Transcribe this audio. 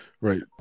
Right